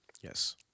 Yes